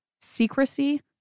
Secrecy